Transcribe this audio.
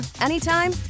anytime